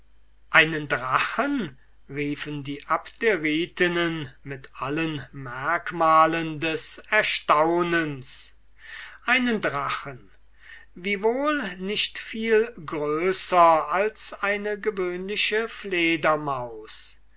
einen drachen riefen die abderitinnen mit allen merkmalen des erstaunens einen drachen wiewohl nicht viel größer als eine gewöhnliche fledermaus